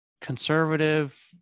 conservative